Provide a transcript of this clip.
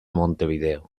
montevideo